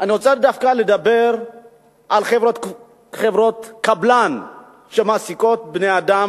אני רוצה דווקא לדבר על חברות קבלן שמעסיקות בני-אדם,